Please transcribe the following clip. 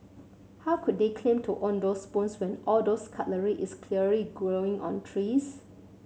how could they claim to own those spoons when all those cutlery is clearly growing on trees